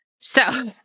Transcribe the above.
So-